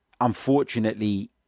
unfortunately